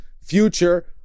future